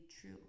true